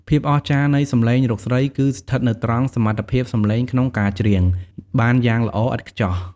ភាពអស្ចារ្យនៃសំឡេងលោកស្រី គឺស្ថិតនៅត្រង់ សមត្ថភាពសម្លេងក្នុងការច្រៀង បានយ៉ាងល្អឥតខ្ចោះ។